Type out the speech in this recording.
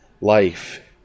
life